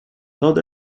thought